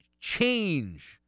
change